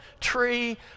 tree